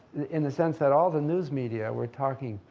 in the sense that all the news media were talking.